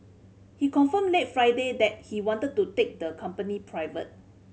he confirmed late Friday that he wanted to take the company private